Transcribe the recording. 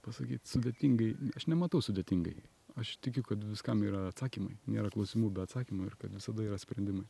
pasakyt sudėtingai aš nematau sudėtingai aš tikiu kad viskam yra atsakymai nėra klausimų be atsakymų ir kad visada yra sprendimai